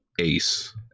Ace